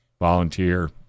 Volunteer